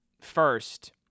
first